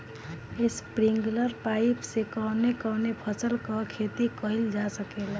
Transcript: Sprinkler pipe से कवने कवने फसल क खेती कइल जा सकेला?